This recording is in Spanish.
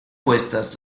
puestas